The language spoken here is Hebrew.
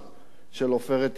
של "עופרת יצוקה".